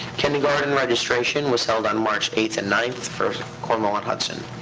kindergarten registration was held on march eighth and ninth for cornwall-on-hudson.